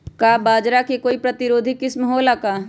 का बाजरा के कोई प्रतिरोधी किस्म हो ला का?